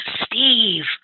Steve